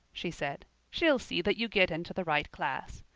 she said. she'll see that you get into the right class.